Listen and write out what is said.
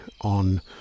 on